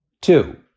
Two